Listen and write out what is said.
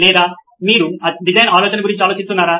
లేదా మీరు డిజైన్ ఆలోచన గురించి ఆలోచిస్తున్నారా